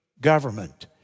government